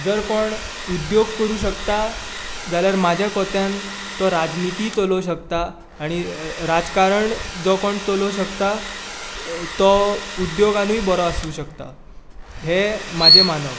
जर कोण उद्द्योक करूंक शकता जाल्यार म्हाज्या कोतान तो राजनिती चलोवंक शकता आनी राजकारण जो कोण चलोवंक शकता तो उद्द्योगानूय बरो आसूं शकता हें म्हाजें मानप